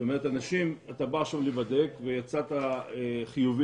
זאת אומרת אתה בא עכשיו להיבדק ויצאת חיובי